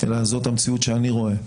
אלא זאת המציאות שאני רואה,